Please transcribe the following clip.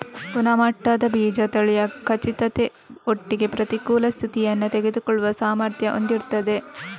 ಗುಣಮಟ್ಟದ ಬೀಜ ತಳಿಯ ಖಚಿತತೆ ಒಟ್ಟಿಗೆ ಪ್ರತಿಕೂಲ ಪರಿಸ್ಥಿತಿಯನ್ನ ತಡೆದುಕೊಳ್ಳುವ ಸಾಮರ್ಥ್ಯ ಹೊಂದಿರ್ತದೆ